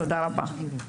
תודה רבה.